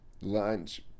lunch